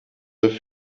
œuvre